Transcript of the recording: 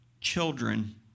children